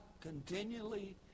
continually